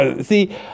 See